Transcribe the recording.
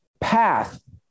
path